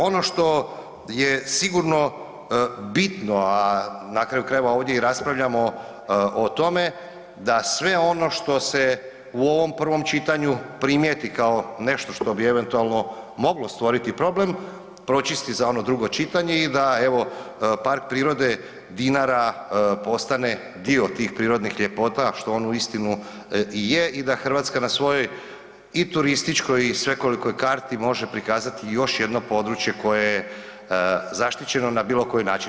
Ono što je sigurno bitno a n kraju krajeva ovdje i raspravljamo o tome, da sve ono što se u ovom prvom čitanju primijeti kao nešto što bi eventualno moglo stvoriti problem, pročisti za ono drugo čitanje i da evo PP Dinara postane dio tih prirodnih ljepota što on uistinu i je i da Hrvatska na svojoj i turističkoj i svekolikoj karti može prikazati još jedno područje koje je zaštićeno na bilokoji način.